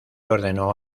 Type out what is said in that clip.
ordenó